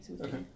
Okay